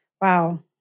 Wow